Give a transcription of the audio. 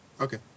okay